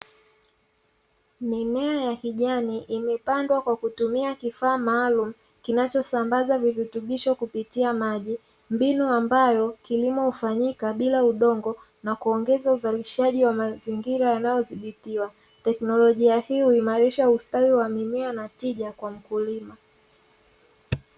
Mimea ya kijani imepandwa kwa kutumia kifaa maalumu kinachosambaza virutubisho kupitia maji. Mbinu ambayo kilimo hufanyikabila udongo na kuongeza uzalishaji wa mazingira yanayodhibitiwa. Teknolojia hii huimarisha ustawi wa mimea na tija kwa mkulima.